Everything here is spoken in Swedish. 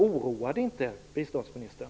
Oroar inte det biståndsministern?